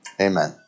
Amen